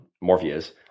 Morpheus